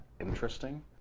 interesting